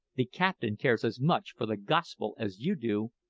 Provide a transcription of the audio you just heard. the captain cares as much for the gospel as you do